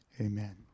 Amen